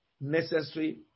necessary